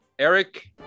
Eric